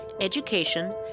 education